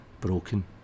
broken